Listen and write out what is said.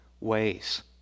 ways